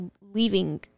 leaving